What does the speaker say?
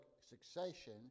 succession